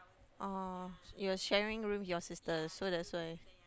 oh you're sharing rooms with your sister so that's why